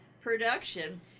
Production